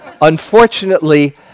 Unfortunately